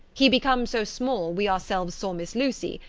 he become so small we ourselves saw miss lucy,